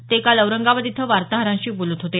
ते काल औरंगाबाद इथं वार्ताहरांशी बोलत होते